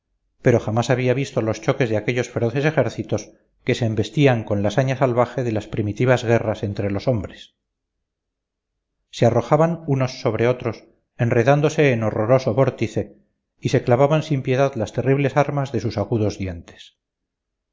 pero jamás había visto los choques de aquellos feroces ejércitos que se embestían con la saña salvaje de las primitivas guerras entre los hombres se arrojaban unos sobre otros enredándose en horroroso vórtice y se clavaban sin piedad las terribles armas de sus agudos dientes